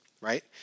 Right